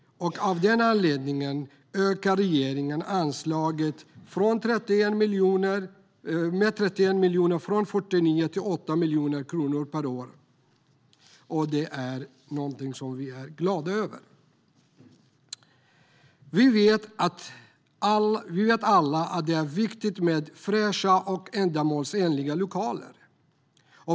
Av den anledningen ökar regeringen anslaget till detta med 31 miljoner från 49 miljoner kronor till 80 miljoner kronor per år. Vi vet alla att det är viktigt med fräscha och ändamålsenliga lokaler.